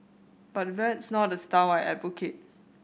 but that's not a style I advocate